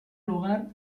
lugar